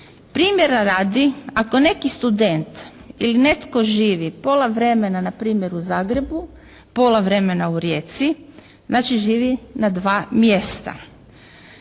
Primjera radi, ako neki student ili netko živi pola vremena npr. u Zagrebu, pola vremena u Rijeci, znači živi na dva mjesta.